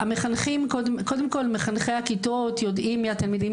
קודם כל מחנכי הכיתות יודעים מי התלמידים